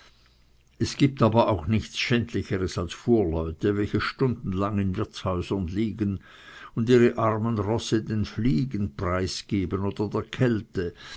es gibt aber auch nichts schändlicheres als fuhrleute welche stundenlang in wirtshäusern liegen und ihre armen rosse den fliegen preisgeben oder der kälte